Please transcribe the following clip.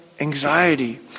anxiety